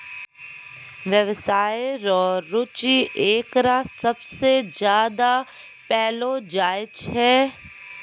व्यवसाय रो रुचि एकरा सबसे ज्यादा पैलो जाय छै